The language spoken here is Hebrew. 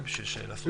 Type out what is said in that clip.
בשביל לעשות דיון.